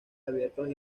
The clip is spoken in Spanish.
abiertos